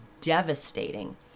devastating